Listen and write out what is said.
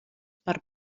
per